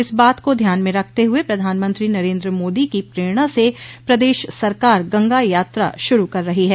इस बात को ध्यान में रखते हुए प्रधानमंत्री नरेन्द्र मादी की प्रेरणा से प्रदेश सरकार गंगा यात्रा शुरू कर रही है